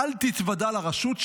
"אל תתוודע לרשות,